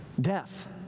death